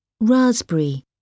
Raspberry